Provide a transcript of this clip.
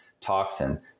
toxin